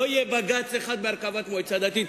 לא יהיה בג"ץ אחד בהרכבת מועצה דתית.